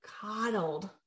coddled